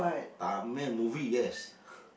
Tamil movie yes